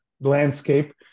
landscape